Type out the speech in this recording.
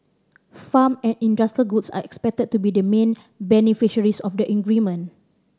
farm and industrial goods are expected to be the main beneficiaries of the